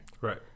Right